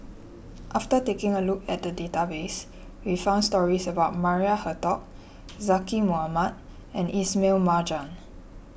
after taking a look at the database we found stories about Maria Hertogh Zaqy Mohamad and Ismail Marjan